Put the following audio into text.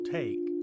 take